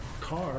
car